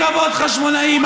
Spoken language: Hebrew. קרבות חשמונאים,